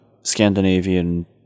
Scandinavian